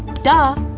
duh.